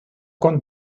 con